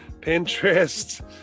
Pinterest